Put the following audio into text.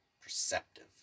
Perceptive